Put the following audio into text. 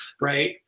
right